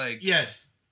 yes